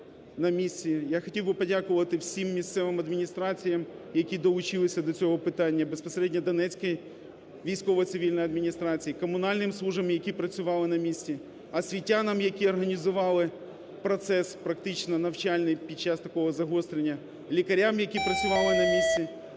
я хотів би подякувати всім місцевим адміністраціям, які долучилися до цього питання, безпосередньо Донецькій військово-цивільній адміністрації, комунальним службам, які працювали на місці, освітянам, які організували процес практично навчальний під час такого загострення, лікарям, які працювали на місці,